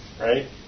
right